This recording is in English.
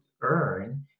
earn